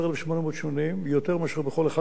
יותר מאשר בכל אחד מהימים האחרונים,